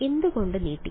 എന്തുകൊണ്ട് നീട്ടി